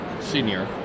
senior